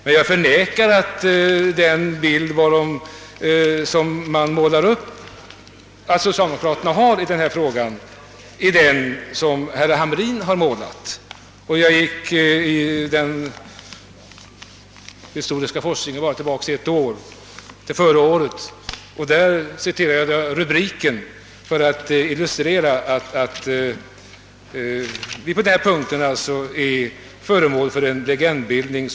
Men jag förnekar riktigheten av den bild som herr Hamrin i Kalmar målar upp av socialdemokraterna i denna fråga. Jag gick 1 den historiska forskningen bara tillbaka ett år och citerade en rubrik för att illustrera att vi på denna punkt är föremål för en legendbildning.